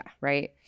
right